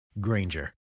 Granger